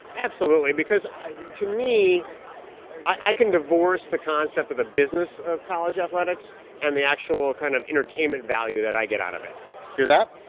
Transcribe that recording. absolutely, because to me i can divorce the concept of the business of college athletics and the actual kind of entertainment value that i get out of it hear that?